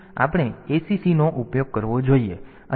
તેથી આપણે acc નો ઉપયોગ કરવો જોઈએ અને A નો ઉપયોગ કરવો જોઈએ